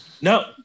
No